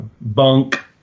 bunk